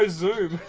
zoom